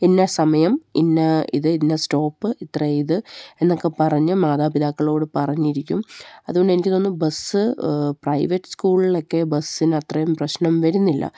ഇന്ന സമയം ഇന്ന ഇത് ഇന്ന സ്റ്റോപ്പ് ഇത്ര ഇത് എന്നൊക്കെ പറഞ്ഞ് മാതാപിതാക്കളോട് പറഞ്ഞിരിക്കും അതുകൊണ്ട് എനിക്ക് തോന്നുന്നു ബസ്സ് പ്രൈവറ്റ് സ്കൂളിലൊക്കെ ബസ്സിന് അത്രയും പ്രശ്നം വരുന്നില്ല